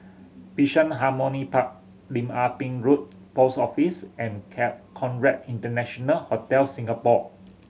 Bishan Harmony Park Lim Ah Pin Road Post Office and Conrad International Hotel Singapore